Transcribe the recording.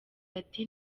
ati